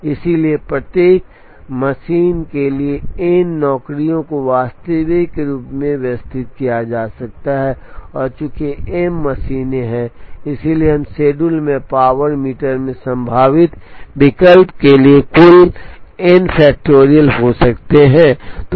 इसलिए प्रत्येक मशीन के लिए n नौकरियों को वास्तविक रूप से व्यवस्थित किया जा सकता है और चूंकि m मशीनें हैं इसलिए हम शेड्यूल में पावर मीटर के संभावित विकल्प के लिए कुल एन फैक्टोरियल हो सकते हैं